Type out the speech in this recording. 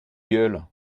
gueule